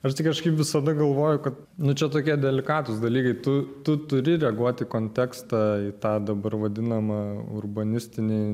aš tai kažkaip visada galvoju kad nu čia tokie delikatūs dalykai tu tu turi reaguoti į kontekstą į tą dabar vadinamą urbanistinį